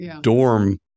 dorm